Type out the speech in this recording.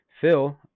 Phil